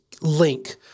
link